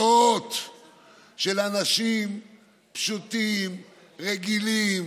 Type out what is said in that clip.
מאות פניות של אנשים פשוטים, רגילים,